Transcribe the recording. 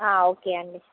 okay అండి